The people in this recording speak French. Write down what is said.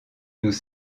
nous